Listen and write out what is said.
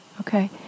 Okay